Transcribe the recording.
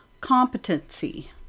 competency